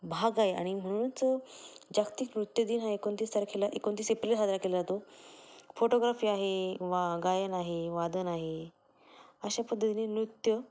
भाग आहे आणि म्हणूनच जागतिक नृत्य दिन हा एकोणतीस तारखेला एकोणतीस एप्रिल हा साजरा केला जातो फोटोग्राफी आहे वा गायन आहे वादन आहे अशा पद्धतीने नृत्य